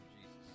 Jesus